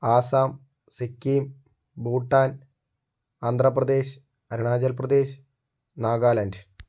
Assam Sikkim Bhutan Andhra Pradesh Arunachal Pradesh Nagaland